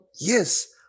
yes